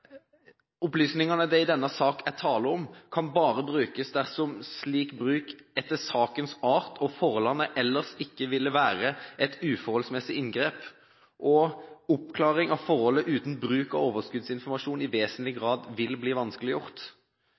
Opplysningene det i denne sak er tale om, kan bare brukes dersom slik bruk etter sakens art og forholdene ellers ikke vil være et uforholdsmessig inngrep, og oppklaring av forholdet uten bruk av overskuddsinformasjon i vesentlig grad vil bli vanskeliggjort.